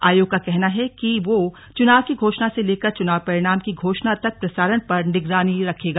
आयोग का कहना है कि वह चुनान की घोषणा से लेकर चुनाव परिणाम की घोषणा तक प्रसारण पर निगरानी रखेगा